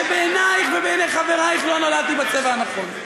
שבעינייך ובעיני חברייך לא נולדתי בצבע הנכון.